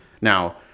Now